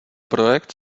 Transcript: projekt